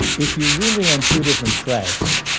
if you're really on two different tracks,